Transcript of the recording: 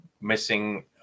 missing